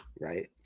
right